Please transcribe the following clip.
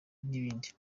n’ibindi